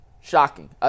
shocking